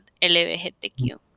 LBGTQ